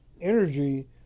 energy